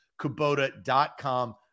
Kubota.com